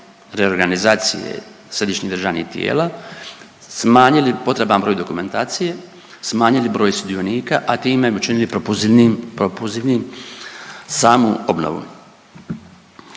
reorganizacije središnjih državnih tijela, smanjili potreban broj dokumentacije, smanjili broj sudionika, a time učinili propuzivnijim samu obnovu.